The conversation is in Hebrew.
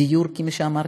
דיור, כמו שאמרתי.